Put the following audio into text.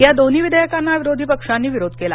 या दोन्ही विधेयकांना विरोधी पक्षांनी विरोध केला